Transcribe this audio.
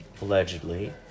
allegedly